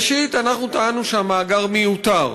ראשית, אנחנו טענו שהמאגר מיותר,